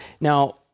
Now